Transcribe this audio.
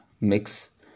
mix